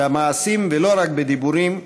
במעשים ולא רק בדיבורים,